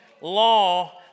law